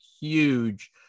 huge